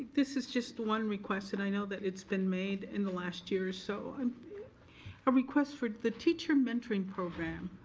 this is just one request and i know that it's been made in the last year or so, um a request for the teacher mentoring program.